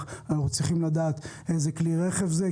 אנחנו צריכים לדעת באיזה כלי רכב מדובר.